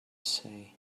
say